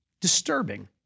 disturbing